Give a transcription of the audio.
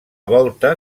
volta